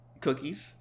cookies